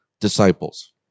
disciples